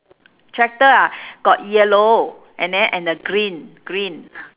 tractor ah got yellow and then and the green green